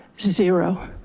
zero.